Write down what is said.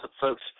folks